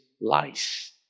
lies